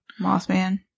Mothman